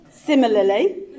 Similarly